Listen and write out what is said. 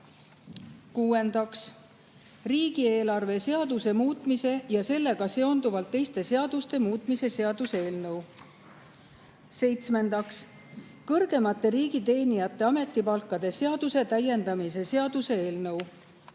riigieelarve seaduse muutmise ja sellega seonduvalt teiste seaduste muutmise seaduse eelnõu. Seitsmendaks, kõrgemate riigiteenijate ametipalkade seaduse täiendamise seaduse eelnõu.